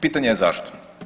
Pitanje je zašto.